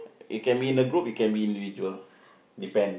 it can be in a group it can be individual depends